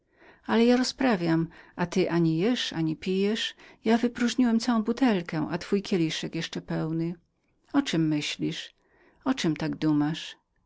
ale ja rozprawiam a ty ani jesz ani pijesz ja wypróżniłem całą butelkę a twój kieliczek jeszcze pełny o czem myślisz o czem tak dumasz